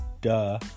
duh